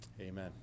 Amen